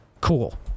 Cool